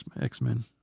X-Men